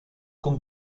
con